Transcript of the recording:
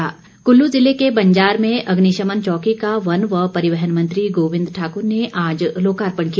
अग्निशमन कुल्लू जिले के बंजार में अग्निशमन चौकी का वन व परिवहन मंत्री गोविंद ठाकुर ने आज लोकार्पण किया